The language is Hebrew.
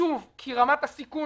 שוב, כי רמת הסיכון